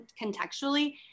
contextually